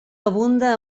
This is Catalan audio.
abunda